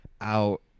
out